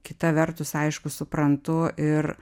kita vertus aišku suprantu ir